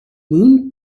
moon